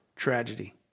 tragedy